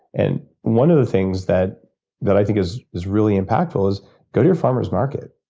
and one of the things that that i think is is really impactful is go to your farmer's market.